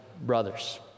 brothers